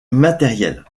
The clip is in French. matériel